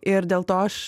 ir dėl to aš